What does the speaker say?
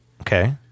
Okay